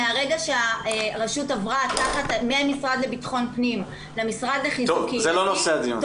מהרגע שהרשות עברה מהמשרד לביטחון פנים למשרד לחיזוק קהילתי,